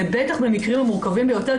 בטח במקרים המורכבים ביותר,